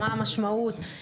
מה המשמעות,